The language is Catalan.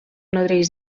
nodreix